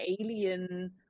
alien